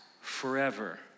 forever